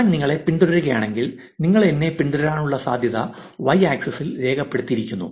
ഞാൻ നിങ്ങളെ പിന്തുടരുകയാണെങ്കിൽ നിങ്ങൾ എന്നെ പിന്തുടരാനുള്ള സാധ്യതയാണ് y ആക്സിസ് ഇൽ രേഖപ്പെടുത്തിയിരിക്കുന്നു